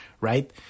right